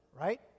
right